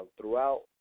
throughout